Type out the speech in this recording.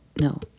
No